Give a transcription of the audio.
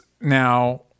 now